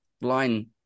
line